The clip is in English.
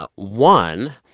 ah one,